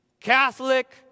Catholic